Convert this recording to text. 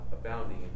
abounding